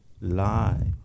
lie